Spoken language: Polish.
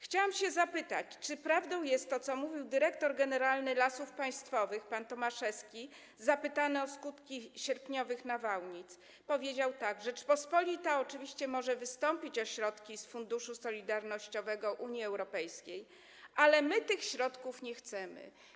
Chciałabym się zapytać, czy prawdą jest to, co mówił dyrektor generalny Lasów Państwowych pan Tomaszewski, który zapytany o skutki sierpniowych nawałnic powiedział tak: Rzeczpospolita oczywiście może wystąpić o środki z funduszu solidarnościowego Unii Europejskiej, ale my tych środków nie chcemy.